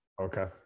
okay